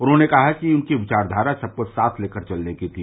उन्होंने कहा कि उनकी विचाखारा सबको साथ लेकर चलने की थी